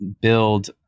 build